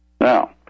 Now